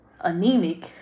anemic